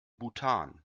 bhutan